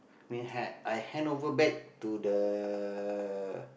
me had I hand over back to the